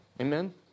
Amen